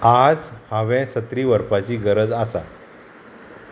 आज हांवें सत्री व्हरपाची गरज आसा